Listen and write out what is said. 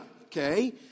okay